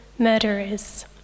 murderers